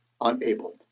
unable